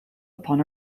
upon